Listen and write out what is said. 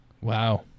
Wow